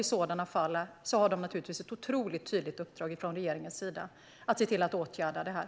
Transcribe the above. I sådana fall har man givetvis ett tydligt uppdrag från regeringen att åtgärda detta.